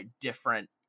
different